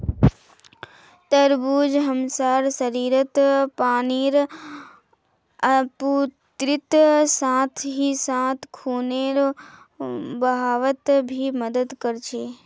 तरबूज हमसार शरीरत पानीर आपूर्तिर साथ ही साथ खूनेर बहावत भी मदद कर छे